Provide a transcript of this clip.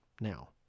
now